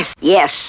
Yes